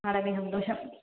വളരെ സന്തോഷം